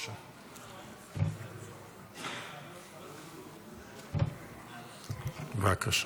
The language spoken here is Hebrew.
הקובעת זכות להפרדה מגדרית באקדמיה